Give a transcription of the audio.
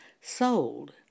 sold